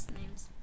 names